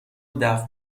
دفع